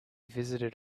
visited